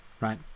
right